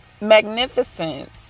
magnificent